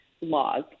laws